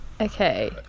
Okay